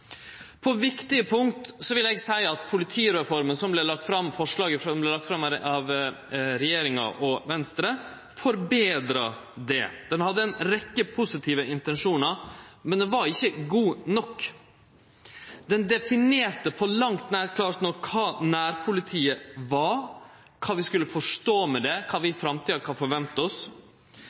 På viktige punkt vil eg seie at politireforma, forslaget som vart lagt fram av regjeringa og Venstre, forbetra dette. Ho hadde ei rekkje positive intensjonar, men var ikkje god nok. Ho definerte ikkje klart nok kva nærpolitiet var, kva ein skulle forstå med det, og kva ein i framtida